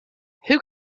who